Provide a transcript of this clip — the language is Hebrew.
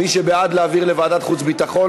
מי שבעד להעביר לוועדת חוץ וביטחון,